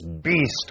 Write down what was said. beast